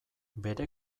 bere